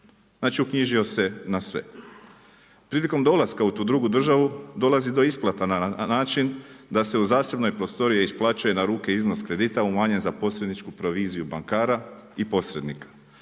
Znači uknjižio se na sve. Prilikom dolaska u tu drugu državu, dolazi do isplata na način da se u zasebnoj prostoriji isplaćuje na ruke iznos kredita umanjen za posredničku proviziju bankara i posrednika.